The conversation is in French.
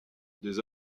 des